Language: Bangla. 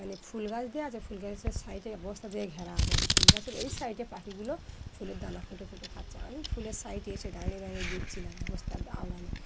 মানে ফুল গাছ দেওয়া আ যছে ফুল গাছের সাইডে বস্তা দিয়ে ঘেরা আ যায় ফুল গাছের ওই সাইডে পাখিগুলো ফুলের দানা খুঁটে খুঁটে খাচ্ছে আমি ফুলের সাইডে এসে দাঁড়িয়ে দাঁড়িয়ে দেখছিলাম বস্তার আওড়ানে